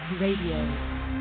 Radio